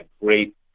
great